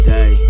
Day